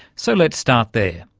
so let's start there.